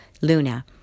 Luna